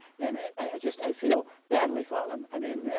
and i just i feel badly for them, i mean,